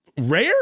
Rare